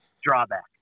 drawback